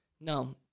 No